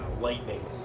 lightning